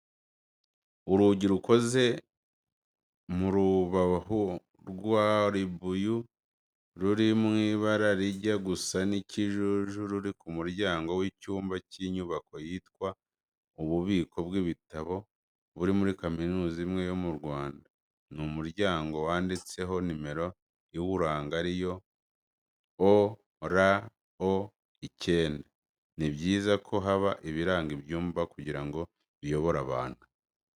Urugi rukoze mu rubahu rwa ribuyu ruri mu ibara rijya gusa ikijuju ruri ku muryango w'icyumba cy'inyubako yitwa ububiko bw'ibitabo muri kaminuza imwe yo mu Rwanda. Ni umuryango wanditseho nimero iwuranga ari yo "OR09''. Ni byiza ko haba ibiranga ibyumba kugirango biyobore abantu.